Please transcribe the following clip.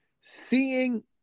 Seeing